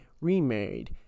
remarried